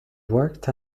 worked